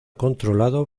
controlado